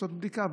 לעשות בדיקה,